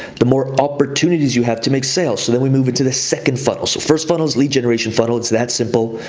the more opportunities you have to make sales. so then we move into the second funnel. so the first funnel is lead generation funnel, it's that simple,